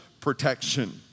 protection